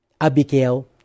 Abigail